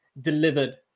delivered